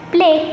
Play